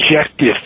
objective